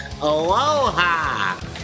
Aloha